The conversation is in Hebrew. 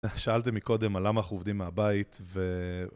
שאלתם מקודם על למה אנחנו עובדים מהבית ו...